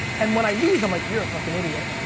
and when i lose, i'm like, you're a fucking idiot,